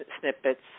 snippets